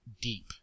deep